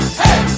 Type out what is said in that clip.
hey